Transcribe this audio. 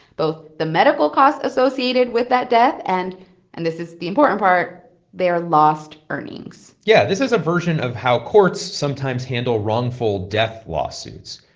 both the medical costs associated with that death and and this is the important part their lost earnings yeah. this is a version of how courts sometimes handle wrongful death lawsuits.